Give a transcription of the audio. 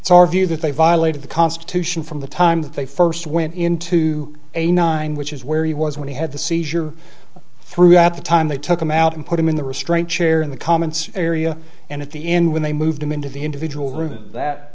view that they violated the constitution from the time that they first went into a nine which is where he was when he had the seizure throughout the time they took him out and put him in the restraint chair in the comments area and at the end when they moved him into the individual room that